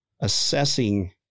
assessing